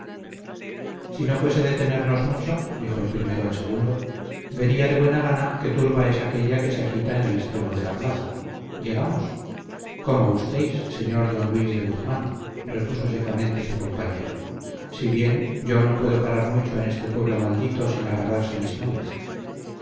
si no fuese detenernos mucho dijo el primero al segundo vería de buena gana qué turba es aquélla que se agita en el extremo de la plaza llegamos como gustéis señor don luis de guzmán repuso secamente su compañero si bien yo no puedo parar mucho en este pueblo maldito sin agravarse mis males